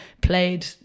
played